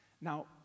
Now